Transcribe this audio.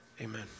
Amen